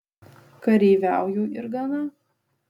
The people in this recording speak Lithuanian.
kareiviauju ir gana